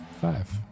five